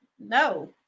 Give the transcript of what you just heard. no